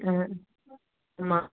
ஆ ஆமாம்